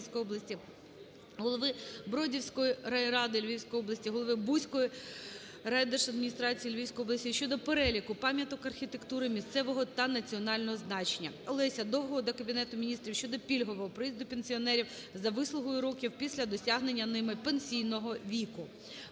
Голови Бродівської райради Львівської області, голови Буської райдержадміністрації Львівської області щодо переліку пам'яток архітектури місцевого та національного значення. Олеся Довгого до Кабінету Міністрів України щодо пільгового проїзду пенсіонерів за вислугою років після досягнення ними пенсійного віку.